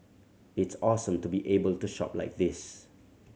it's awesome to be able to shop like this